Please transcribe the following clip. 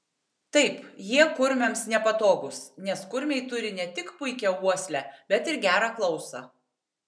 taip jie kurmiams nepatogūs nes kurmiai turi ne tik puikią uoslę bet ir gerą klausą